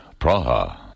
Praha